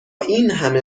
اینهمه